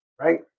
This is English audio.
right